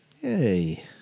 Hey